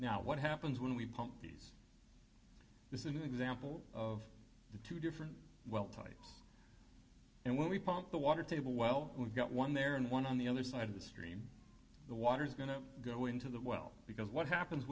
now what happens when we pump these this is an example of the two different well types and what we pump the water table well we've got one there and one on the other side of the stream the water's going to go into the well because what happens